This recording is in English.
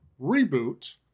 reboot